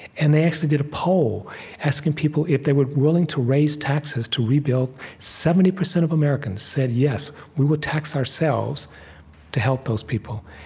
and they actually did a poll asking people if they were willing to raise taxes to rebuild seventy percent of americans said, yes, we would tax ourselves to help those people.